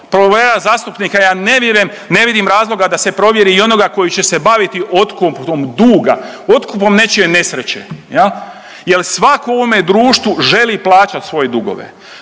provjerava zastupnika, ja ne vidim razloga da se provjeri i onoga tko će se baviti otkupom duga, otkupom nečije nesreće, je li? Jer svako u ovome društvu želi plaćati svoje dugove?